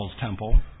temple